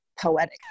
poetic